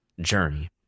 journey